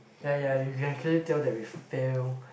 ya yeah you can clearly tell that we fail